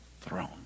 throne